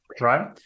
right